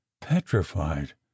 Petrified